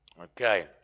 Okay